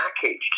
packaged